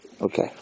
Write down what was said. Okay